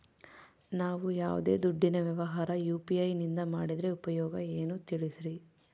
ನಾವು ಯಾವ್ದೇ ದುಡ್ಡಿನ ವ್ಯವಹಾರ ಯು.ಪಿ.ಐ ನಿಂದ ಮಾಡಿದ್ರೆ ಉಪಯೋಗ ಏನು ತಿಳಿಸ್ರಿ?